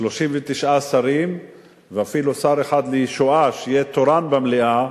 39 שרים ואפילו שר אחד לישועה, שיהיה תורן במליאה,